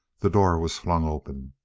the door was flung open.